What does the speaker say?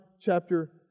chapter